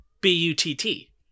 B-U-T-T